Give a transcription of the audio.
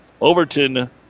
Overton